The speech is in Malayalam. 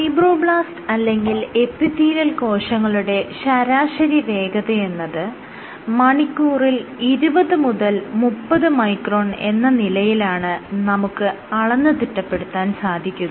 ഫൈബ്രോബ്ലാസ്റ് അല്ലെങ്കിൽ എപ്പിത്തീലിയൽ കോശങ്ങളുടെ ശരാശരി വേഗതയെന്നത് മണിക്കൂറിൽ 20 മുതൽ 30 മൈക്രോൺ എന്ന നിലയിലാണ് നമുക്ക് അളന്ന് തിട്ടപ്പെടുത്താൻ സാധിക്കുക